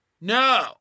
No